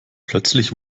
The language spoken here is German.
plötzlich